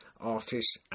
artists